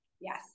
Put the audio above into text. Yes